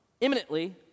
imminently